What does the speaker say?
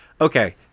okay